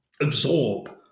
absorb